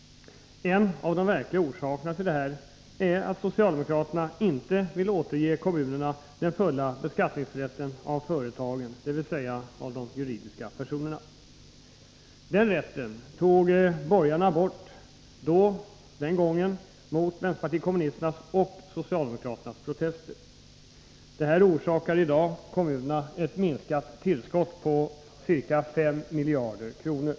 En av de verkliga orsakerna till detta är att socialdemokraterna inte vill återge kommunerna den fulla rätten att beskatta företagen, dvs. de juridiska personerna. Den rätten tog borgarna bort och då mot vpk:s och socialdemo kraternas protester. Detta orsakar i dag kommunerna ett minskat tillskott på ca 5 miljarder kronor.